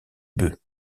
bœufs